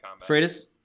Freitas